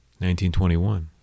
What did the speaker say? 1921